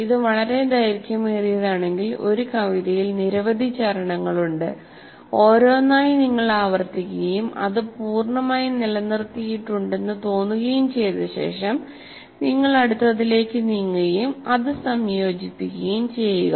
ഇത് വളരെ ദൈർഘ്യമേറിയതാണെങ്കിൽ ഒരു കവിതയിൽ നിരവധി ചരണങ്ങളുണ്ട് ഓരോന്നായി നിങ്ങൾ ആവർത്തിക്കുകയും അത് പൂർണ്ണമായും നിലനിർത്തിയിട്ടുണ്ടെന്ന് തോന്നുകയും ചെയ്ത ശേഷം നിങ്ങൾ അടുത്തതിലേക്ക് നീങ്ങുകയും ഇത് സംയോജിപ്പിക്കുകയും ചെയ്യുക